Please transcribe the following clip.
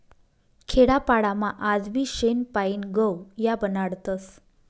खेडापाडामा आजबी शेण पायीन गव या बनाडतस